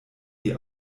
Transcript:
die